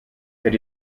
that